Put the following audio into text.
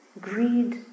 greed